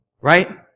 right